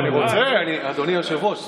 אני רוצה, אדוני היושב-ראש.